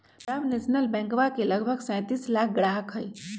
Punjab National बैंकवा के लगभग सैंतीस लाख ग्राहक हई